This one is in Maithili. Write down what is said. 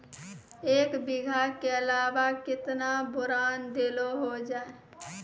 एक बीघा के अलावा केतना बोरान देलो हो जाए?